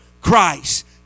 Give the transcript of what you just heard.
Christ